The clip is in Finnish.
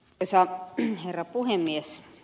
arvoisa herra puhemies